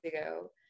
ago